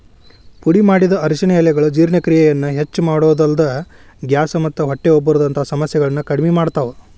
ಪುಡಿಮಾಡಿದ ಅರಿಶಿನ ಎಲೆಗಳು ಜೇರ್ಣಕ್ರಿಯೆಯನ್ನ ಹೆಚ್ಚಮಾಡೋದಲ್ದ, ಗ್ಯಾಸ್ ಮತ್ತ ಹೊಟ್ಟೆ ಉಬ್ಬರದಂತ ಸಮಸ್ಯೆಗಳನ್ನ ಕಡಿಮಿ ಮಾಡ್ತಾವ